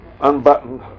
unbuttoned